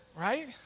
Right